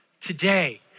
today